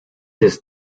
this